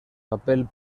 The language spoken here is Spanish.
papel